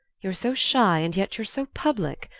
you're so shy, and yet you're so public.